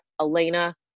Elena